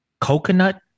coconut